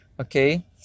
okay